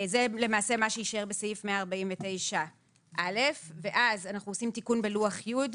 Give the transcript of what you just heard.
זה למעשה מה שיישאר בסעיף 149א ואז אנחנו עושים תיקון בלוח י'.